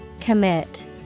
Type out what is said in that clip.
Commit